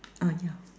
ah ya